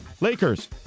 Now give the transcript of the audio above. Lakers